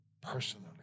personally